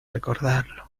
recordarlo